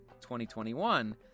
2021